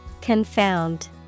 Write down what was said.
Confound